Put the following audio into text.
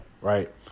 right